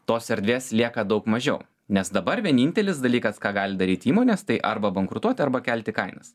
tos erdvės lieka daug mažiau nes dabar vienintelis dalykas ką gali daryt įmonės tai arba bankrutuot arba kelti kainas